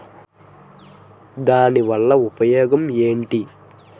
దాని వల్ల ఉపయోగం ఎంటి?